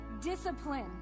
discipline